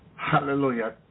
Hallelujah